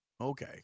Okay